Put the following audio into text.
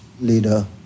leader